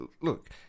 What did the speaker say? Look